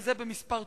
וזה בכמה תחומים.